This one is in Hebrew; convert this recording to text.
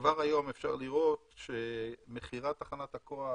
כבר היום אפשר לראות שמכירת תחנת הכוח